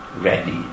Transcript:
ready